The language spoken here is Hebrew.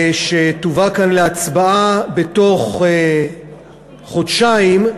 ושתובא כאן להצבעה בתוך חודשיים,